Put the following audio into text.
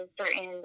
certain